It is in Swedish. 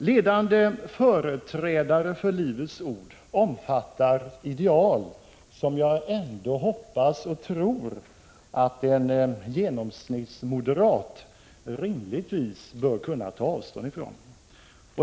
Ledande företrädare för Livets ord omfattar ideal som jag ändå hoppas och tror att en genomsnittsmoderat rimligtvis bör kunna ta avstånd från.